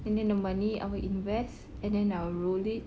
and then the money I will invest and then I will roll it